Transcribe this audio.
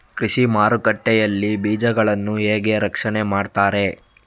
ಕೃಷಿ ಮಾರುಕಟ್ಟೆ ಯಲ್ಲಿ ಬೀಜಗಳನ್ನು ಹೇಗೆ ರಕ್ಷಣೆ ಮಾಡ್ತಾರೆ?